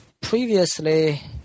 previously